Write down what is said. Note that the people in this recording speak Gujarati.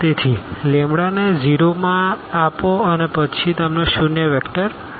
તેથી લેમ્બડાને 0 માં આપો અને પછી તમને શૂન્ય વેક્ટર મળશે